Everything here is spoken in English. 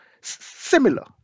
similar